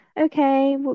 Okay